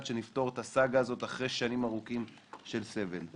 שנפתור את הסאגה הזאת אחרי שנים ארוכות של סבל.